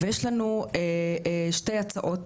ויש לנו שתי הצעות